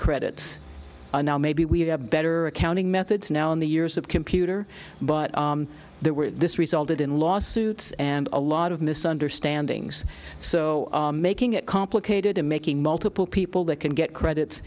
credits and now maybe we have better accounting methods now in the years of computer but there were this resulted in lawsuits and a lot of misunderstandings so making it complicated and making multiple people that can get credits